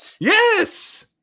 Yes